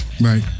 Right